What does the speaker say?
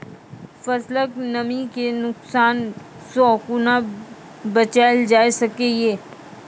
फसलक नमी के नुकसान सॅ कुना बचैल जाय सकै ये?